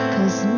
Cause